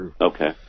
Okay